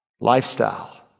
Lifestyle